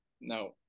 no